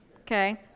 Okay